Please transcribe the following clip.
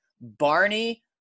Barney